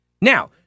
now